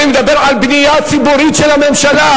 אני מדבר על בנייה ציבורית של הממשלה,